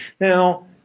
Now